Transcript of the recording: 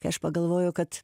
kai aš pagalvojau kad